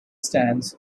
stands